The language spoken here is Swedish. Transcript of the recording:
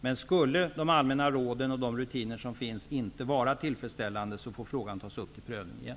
Men skulle de allmänna råden och de rutiner som finns inte vara tillfredsställande, får frågan tas upp till prövning igen.